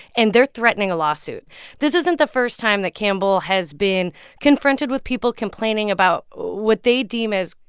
and they're threatening a lawsuit this isn't the first time that campbell has been confronted with people complaining about what they deem as,